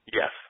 Yes